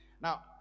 Now